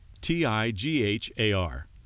T-I-G-H-A-R